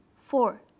four